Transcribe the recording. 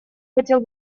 хотел